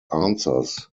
answers